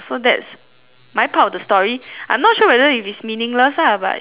my part of the story I'm not sure whether if it is meaningless lah but ya then you leh